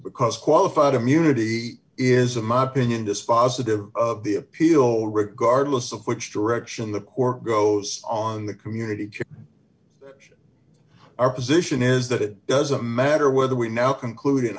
because qualified immunity is a mopping in dispositive of the appeal regardless of which direction d the court goes on the community our position is that it doesn't matter whether we now concluded